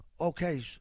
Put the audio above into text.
Okay